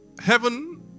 Heaven